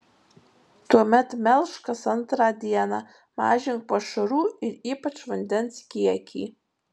tuomet melžk kas antrą dieną mažink pašarų ir ypač vandens kiekį